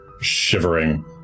shivering